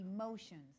emotions